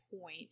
point